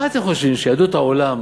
מה אתם חושבים, שיהדות העולם